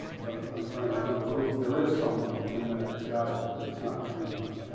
but i'm trying to remember who there is someone in that guise, but it's not fremont.